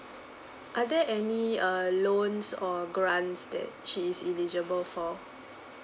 are there any err loans or grants that she is eligible for